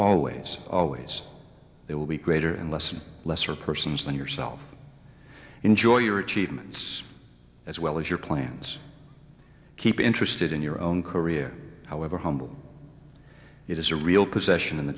always always they will be greater and lesser and lesser persons than yourself enjoy your achievements as well as your plans keep interested in your own career however humble it is a real possession in the